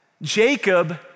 Jacob